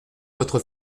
votre